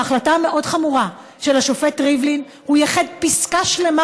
בהחלטה המאוד-חמורה של השופט ריבלין הוא ייחד פסקה שלמה